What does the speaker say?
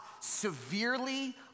severely